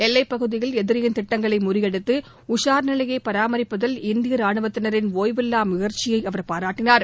எல்லை பகுதியில் எதிரியின் திட்டங்களை முறியடித்து உஷார் நிலையை பராமிப்பதில் இந்திய ராணுவத்தினரின் ஓய்வில்லா முயற்சியை அவர் பாராட்டினார்